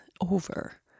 over